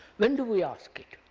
when do we ask it?